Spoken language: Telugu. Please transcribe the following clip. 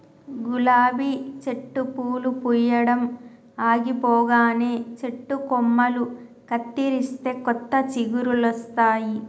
గులాబీ చెట్టు పూలు పూయడం ఆగిపోగానే చెట్టు కొమ్మలు కత్తిరిస్తే కొత్త చిగురులొస్తాయి